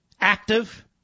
active